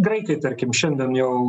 graikai tarkim šiandien jau